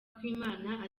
kw’imana